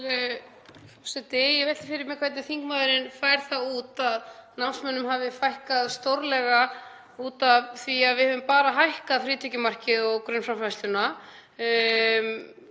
Ég velti fyrir mér hvernig þingmaðurinn fær það út að námsmönnunum hafi fækkað stórlega út af því að við höfum bara hækkað frítekjumarkið og grunnframfærsluna,